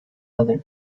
other